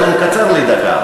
אז הוא מקצר לי דקה,